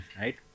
right